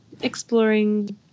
exploring